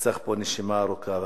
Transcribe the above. פה צריך נשימה ארוכה.